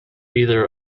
either